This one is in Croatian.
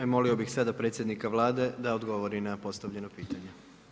Molio bih sada predsjednika Vlade da odgovori na postavljeno pitanje.